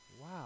wow